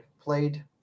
Played